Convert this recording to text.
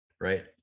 right